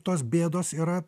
tos bėdos yra